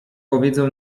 powiedzą